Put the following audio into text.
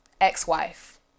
ex-wife